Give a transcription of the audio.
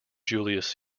julius